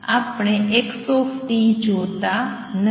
આપણે xt જોતા નથી